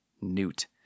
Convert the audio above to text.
Newt